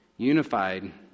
Unified